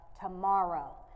tomorrow